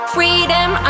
Freedom